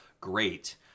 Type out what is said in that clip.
Great